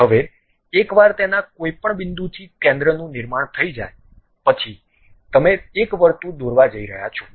હવે એકવાર તેના કોઈપણ બિંદુથી કેન્દ્રનું નિર્માણ થઈ જાય પછી તમે એક વર્તુળ દોરવા જઇ રહ્યા છો